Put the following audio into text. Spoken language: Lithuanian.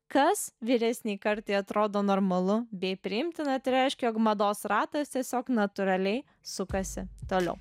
kas vyresnei kartai atrodo normalu bei priimtina tai reiškia jog mados ratas tiesiog natūraliai sukasi toliau